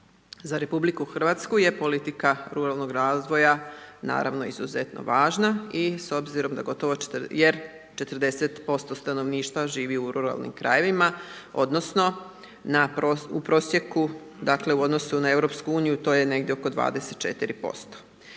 Za RH je politika ruralnog razvoja, naravno, izuzetno važna jer 40% stanovništva živi u ruralnim krajevima odnosno u prosjeku, dakle, u odnosu na EU, to je negdje oko 24%.